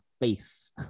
face